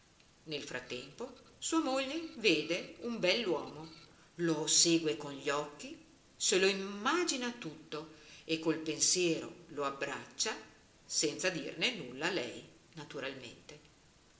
nel frattempo sua moglie vede un bell'uomo lo segue con gli occhi se lo immagina tutto e col pensiero lo abbraccia senza dirne nulla a lei naturalmente